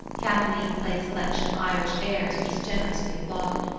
kathleen played a selection of irish airs which was generously applauded.